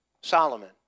Solomon